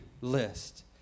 list